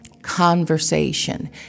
conversation